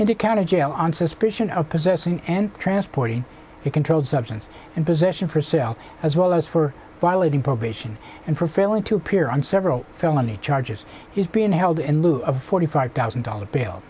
in jail on suspicion of possessing and transporting a controlled substance and position for sale as well as for violating probation and for failing to appear on several felony charges he's being held in lieu of a forty five thousand dollars bail